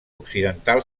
occidental